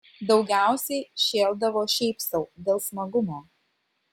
daugiausiai šėldavo šiaip sau dėl smagumo